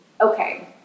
okay